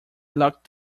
locked